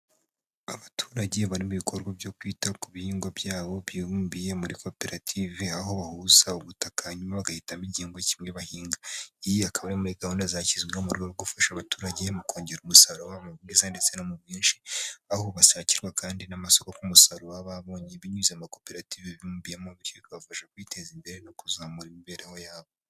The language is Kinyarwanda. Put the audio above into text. Abaturage bari mu' ibikorwa byo kwita ku bihingwa byabo, bibumbiye muri koperative aho bahuza ubutaka nyuma bagahita igihingwa kimwe bahinga iyi ikaba muri gahunda zashyizweho urwego rwo gufasha abaturage mu kongera umusaruro waba mubwiza ndetse no mu bwinshi, aho bashakirwa kandi n'amasoko ku musaruro babonye binyuze mu makoperative bibumbiyemo bityo bikabafasha kwiteza imbere no kuzamura imibereho yabo.